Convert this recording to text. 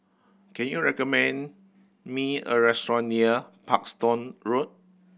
can you recommend me a restaurant near Parkstone Road